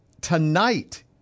Tonight